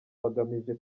bagamije